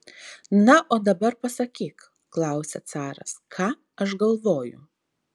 na o dabar pasakyk klausia caras ką aš galvoju